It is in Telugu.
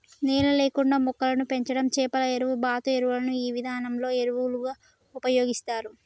నేల లేకుండా మొక్కలను పెంచడం చేపల ఎరువు, బాతు ఎరువులను ఈ విధానంలో ఎరువులుగా ఉపయోగిస్తారు